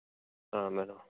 madam